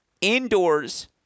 Indoors